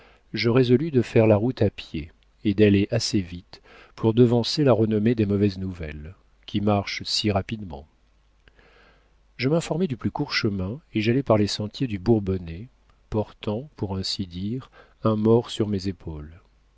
je résolus de faire la route à pied et d'aller assez vite pour devancer la renommée des mauvaises nouvelles qui marche si rapidement je m'informai du plus court chemin et j'allai par les sentiers du bourbonnais portant pour ainsi dire un mort sur mes épaules